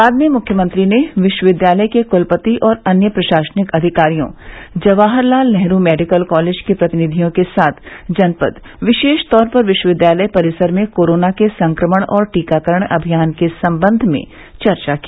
बाद में मुख्यमंत्री ने विश्वविद्यालय के क्लपति और अन्य प्रशासनिक अधिकारियों जवाहरलाल नेहरू मेडिकल कॉलेज के प्रतिनिधियों के साथ जनपद विशेष तौर पर विश्वविद्यालय परिसर में कोरोना के संक्रमण और टीकाकरण अभियान के सम्बन्ध में चर्चा की